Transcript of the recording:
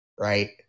Right